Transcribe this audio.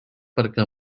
perquè